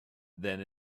than